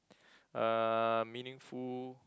uh meaningful